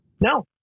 No